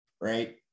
right